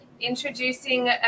introducing